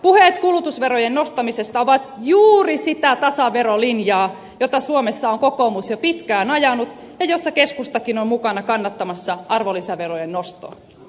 puheet kulutusverojen nostamisesta ovat juuri sitä tasaverolinjaa jota suomessa on kokoomus jo pitkään ajanut ja jossa keskustakin on mukana kannattamassa arvonlisäverojen nostoa